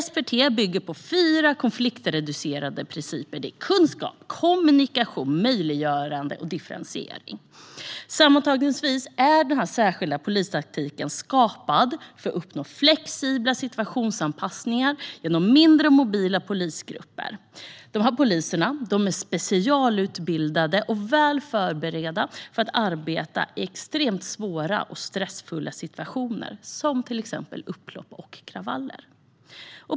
SPT bygger på fyra konfliktreducerande principer: kunskap, kommunikation, möjliggörande och differentiering. Sammanfattningsvis är denna särskilda polistaktik skapad för att uppnå flexibla situationsanpassningar genom mindre och mobila polisgrupper. Poliserna är specialutbildade och väl förberedda för att arbeta i extremt svåra och stressiga situationer, till exempel upplopp och kravaller.